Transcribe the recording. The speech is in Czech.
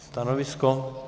Stanovisko?